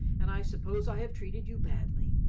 and i suppose i have treated you badly.